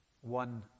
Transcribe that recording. One